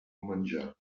menjar